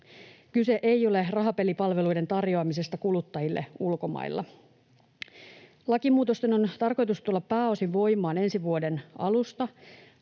Kyse ei ole rahapelipalveluiden tarjoamisesta kuluttajille ulkomailla. Lakimuutosten on tarkoitus tulla pääosin voimaan ensi vuoden alusta.